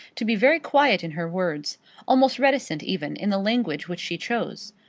to be very quiet in her words almost reticent even in the language which she chose,